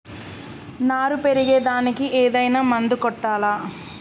నారు పెరిగే దానికి ఏదైనా మందు కొట్టాలా?